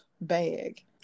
bag